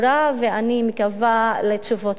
ואני מקווה לתשובות קונקרטיות.